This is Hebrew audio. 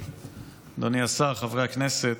אדוני השר, חברי הכנסת,